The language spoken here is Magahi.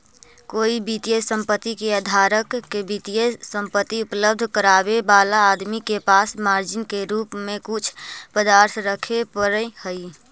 कोई वित्तीय संपत्ति के धारक के वित्तीय संपत्ति उपलब्ध करावे वाला आदमी के पास मार्जिन के रूप में कुछ पदार्थ रखे पड़ऽ हई